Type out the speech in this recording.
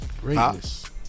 Greatness